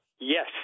yes